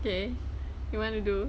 then you want to do